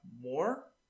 more